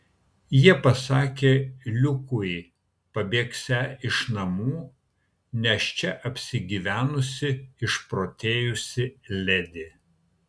jie pasakė liukui pabėgsią iš namų nes čia apsigyvenusi išprotėjusi ledi